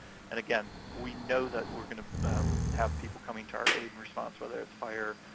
and again, we know that we're gonna have people coming to our aid and response, whether it's fire,